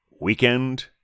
Weekend